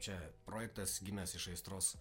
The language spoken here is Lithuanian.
čia projektas gimęs iš aistros